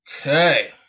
Okay